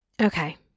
Okay